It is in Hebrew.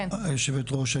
יושבת הראש,